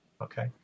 okay